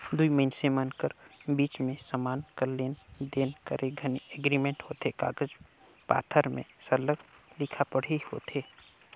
दुई मइनसे मन कर बीच में समान कर लेन देन करे घनी एग्रीमेंट होथे कागज पाथर में सरलग लिखा पढ़ी होथे